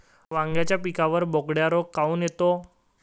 वांग्याच्या पिकावर बोकड्या रोग काऊन येतो?